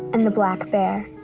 and the black bear?